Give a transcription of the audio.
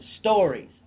stories